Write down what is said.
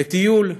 לטיול,